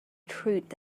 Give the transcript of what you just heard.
truth